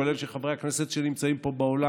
כולל של חברי הכנסת שנמצאים פה באולם,